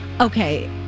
Okay